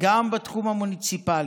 גם בתחום המוניציפלי,